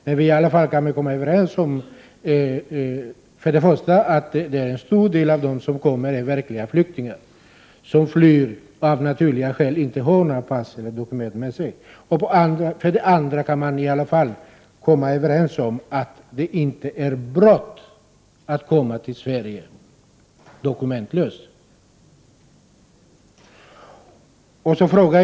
Men vi kan väl i varje fall vara överens om, för det första att en stor del av dem som kommer är verkliga flyktingar, som av naturliga skäl inte har pass eller andra dokument med sig, och för det andra att det inte är ett brott att komma till Sverige dokumentlös.